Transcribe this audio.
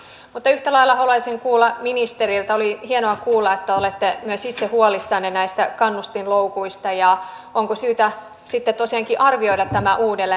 mutta yhtä lailla haluaisin kuulla ministeriltä oli hienoa kuulla että olette myös itse huolissanne näistä kannustinloukuista onko syytä sitten tosiaankin arvioida tämä uudelleen